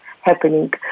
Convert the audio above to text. happening